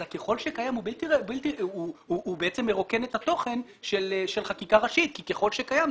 ה-ככל שקיים הוא בעצם מרוקן את התוכן של חקיקה ראשית כי ככל שקיים,